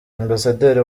ambasaderi